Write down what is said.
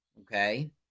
okay